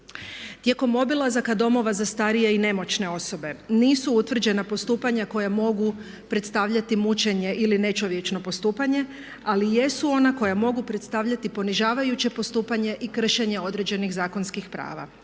Tijekom obilazaka domova za starije i nemoćne osobe nisu utvrđena postupanja koja mogu predstavljati mučenje ili nečovječno postupanje, ali jesu ona koja mogu predstavljati ponižavajuće postupanje i kršenje određenih zakonskih prava.